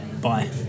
Bye